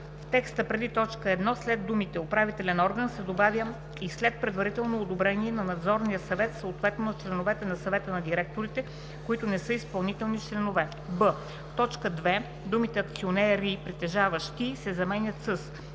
текста преди т. 1 след думите „управителен орган" се добавя „и след предварително одобрение на надзорния съвет, съответно на членовете на съвета на директорите, които не са изпълнителни членове“; б) в т. 2 думите „акционери, притежаващи“ се заменят с